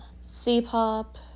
C-pop